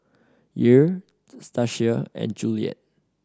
Yair Stasia and Juliet